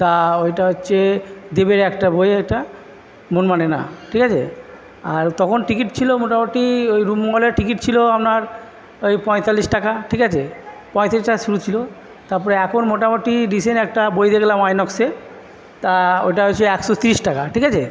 তা ওইটা হচ্ছে দেবের একটা বই ওটা মন মানে না ঠিক আছে আর তখন টিকিট ছিলো মোটামোটি ওই রূপমহলের টিকিট ছিলো আপনার ওই পঁয়তাল্লিশ টাকা ঠিক আছে পঁয়ত্রিশটা ছিলো তারপরে এখন মোটামোটি রিসেন্ট একটা বই দেখলাম আইনক্সে তা ওটা হচ্ছে একশো তিরিশ টাকা ঠিক আছে